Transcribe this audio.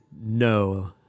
no